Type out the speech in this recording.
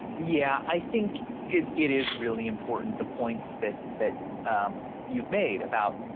yeah, i think it it is really important the points that that you've made about,